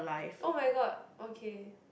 [oh]-my-god okay